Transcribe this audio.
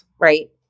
right